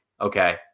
okay